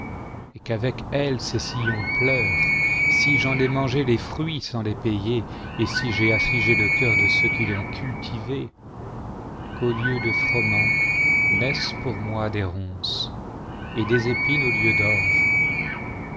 et qu'avec elle ses sillons pleurent si j'en ai mangé les fruits sans les payer et si j'ai affligé le cœur de ceux qui l'ont cultivé qu'au lieu de froment naissent pour moi des ronces et des épines au lieu d'orge